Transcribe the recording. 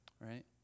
right